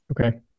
okay